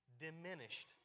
diminished